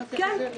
כן.